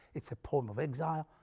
it's a poem of exile,